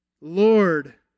Lord